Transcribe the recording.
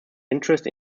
interest